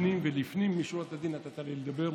שלפנים ולפנים משורת הדין נתת לי לדבר.